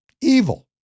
evil